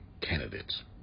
candidates